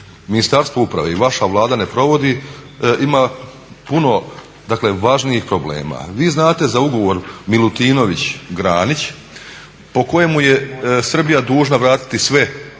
Ministarstvo uprave i vaša Vlada ne provodi ima puno važnijih problema. Vi znate za ugovor Milutinović-Granić po kojemu je Srbija dužna vratiti sve